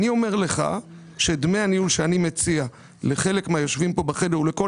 אני אומר לך שדמי הניהול שאני מציע לחלק מהיושבים פה בחדר ולכל